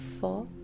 four